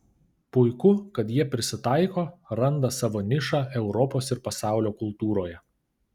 puiku kad jie prisitaiko randa savo nišą europos ir pasaulio kultūroje